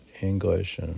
English